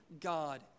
God